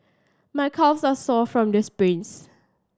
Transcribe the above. my calves are sore from this sprints